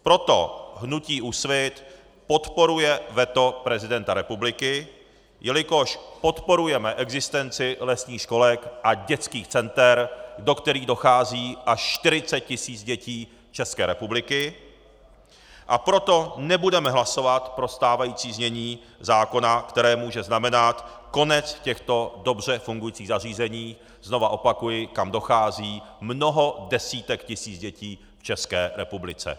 Proto hnutí Úsvit podporuje veto prezidenta republiky, jelikož podporujeme existenci lesních školek a dětských center, do kterých dochází až 40 tisíc dětí České republiky, a proto nebudeme hlasovat pro stávající znění zákona, které může znamenat konec těchto dobře fungujících zařízení, znovu opakuji, kam dochází mnoho desítek tisíc dětí v České republice.